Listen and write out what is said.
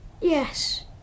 Yes